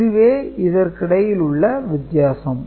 இதுவே இதற்கிடையில் உள்ள வித்தியாசம்